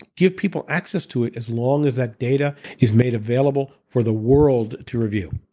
give people access to it as long as that data is made available for the world to review.